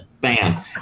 Bam